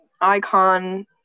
icon